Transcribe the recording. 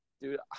Dude